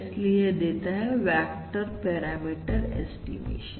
इसलिए यह देता है वेक्टर पैरामीटर ऐस्टीमेशन